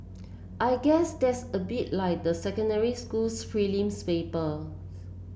I guess that's a bit like the secondary school's prelims papers